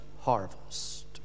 harvest